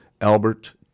Albert